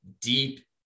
deep